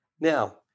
Now